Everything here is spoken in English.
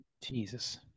Jesus